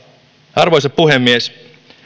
arvoisa puhemies